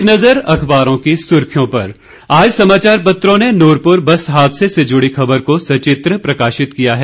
एक नज़र अखबारों की सुर्खियों पर आज समाचार पत्रों ने नूरपुर बस हादसे से जुड़ी खबर को सचित्र प्रकाशित किया है